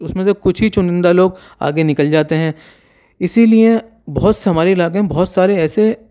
اس میں سے کچھ ہی چنندہ لوگ آگے نکل جاتے ہیں اسی لیے بہت سے ہمارے علاقے میں بہت سارے ایسے